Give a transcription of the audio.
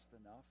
enough